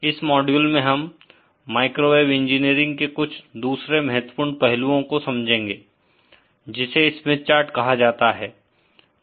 इस मॉड्यूल मैं हम माइक्रोवेव इंजीनियरिंग के कुछ दूसरे महत्वपूर्ण पहलुओ को समझेंगे जिसे स्मिथ चार्ट कहा जाता है